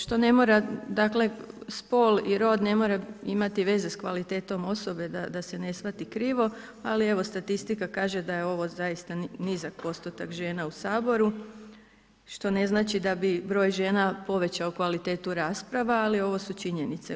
Što ne mora, dakle spol i rod ne mora imati veze s kvalitetom osobe, da se ne shvati krivo, ali evo, statistika kaže da je ovo zaista nizak postotak žena u Saboru, što ne znači da bi broj žena povećao kvalitetu rasprava, ali ovu su činjenice.